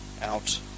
out